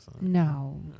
No